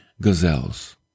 gazelles